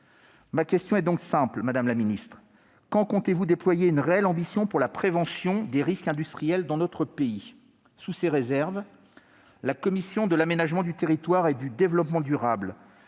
Ma question est donc simple, madame la secrétaire d'État : quand comptez-vous déployer une réelle ambition pour la prévention des risques industriels dans notre pays ? Sous ces réserves, la commission de l'aménagement du territoire et du développement durable